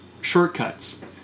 shortcuts